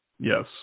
Yes